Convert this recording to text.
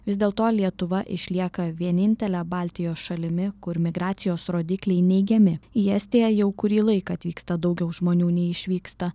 vis dėl to lietuva išlieka vienintele baltijos šalimi kur migracijos rodikliai neigiami į estiją jau kurį laiką atvyksta daugiau žmonių nei išvyksta